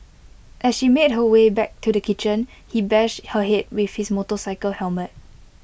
as she made her way back to the kitchen he bashed her Head with his motorcycle helmet